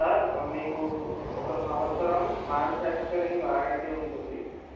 sir మీకు ఒక సంవత్సరం మ్యానుఫ్యాక్చరింగ్ వారంటీ ఉంటుంది